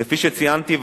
כפי שציינתי,